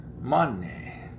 money